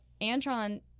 Antron